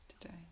today